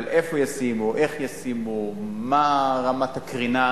אבל איפה ישימו, איך ישימו, מה רמת הקרינה,